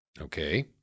Okay